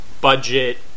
budget